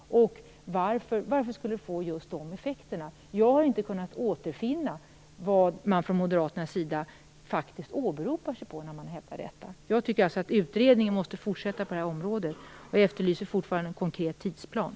Varför skulle det få just de effekterna? Jag har inte kunnat återfinna vad man från Moderaternas sida faktiskt åberopar när man hävdar detta. Jag tycker alltså att utredningen måste fortsätta på det här området och efterlyser fortfarande en konkret tidsplan.